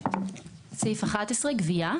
גבייה.